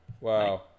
Wow